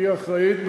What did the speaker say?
שהיא אחראית,